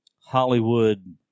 Hollywood